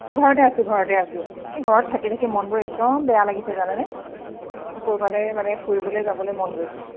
ঘৰতে আছো ঘৰতে আছো এই ঘৰত থাকি থাকি মনবোৰ একদম বেয়া লাগিছে জানেনে ক'ৰবালৈ মানে ফুৰিবলৈ যাবলৈ মন গৈছে